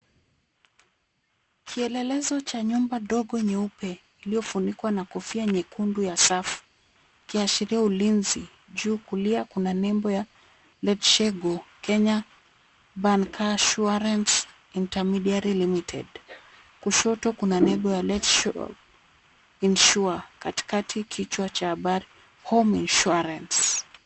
Kielelezo cha nyumba dogo nyeupe, iliyofunikwa na kofia nyekundu ya safu ikiashiria ulinzi. Juu kulia kuna nembo ya LetsheGo Kenya Bancaasurrance intermidiary Limited . Kushoto kuna nembo ya LetsGo insure . Katikati kichwa cha habari home insurance .